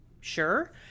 sure